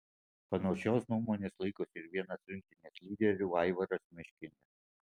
panašios nuomonės laikosi ir vienas rinktinės lyderių aivaras meškinis